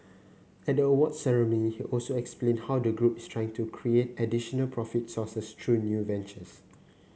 at the awards ceremony he also explained how the group is trying to create additional profit sources through new ventures